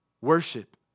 worship